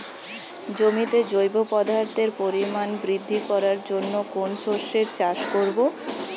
জমিতে জৈব পদার্থের পরিমাণ বৃদ্ধি করার জন্য কোন শস্যের চাষ করবো?